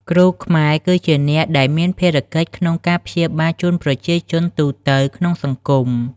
គ្រូខ្មែរគឺជាអ្នកដែលមានភារកិច្ចក្នុងការព្យាបាលជូនប្រជាជនទូទៅក្នុងសង្គម។